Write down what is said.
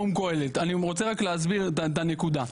אני רוצה להסביר את הנקודה.